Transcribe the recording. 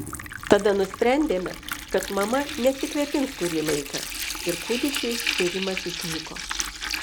tada nusprendėme kad mama nesikvėpins kurį laiką ir kūdikiui bėrimas išnyko